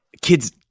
kids